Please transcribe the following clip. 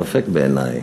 ספק בעיני.